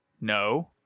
no